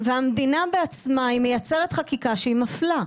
המדינה בעצמה מייצרת חקיקה שהיא מפלה.